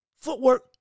footwork